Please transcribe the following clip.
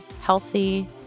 healthy